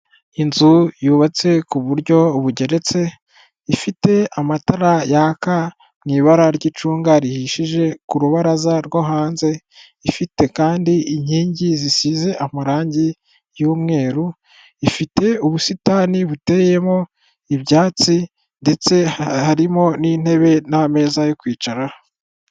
Inzu yubatse ku buryo bugeretse, ifite amatara yaka mu ibara ry'icunga rihishije, ku rubaraza rwo hanze, ifite kandi inkingi zisize amarangi y'umweru, ifite ubusitani buteyemo ibyatsi ndetse harimo n'intebe n'ameza yo kwicaraho.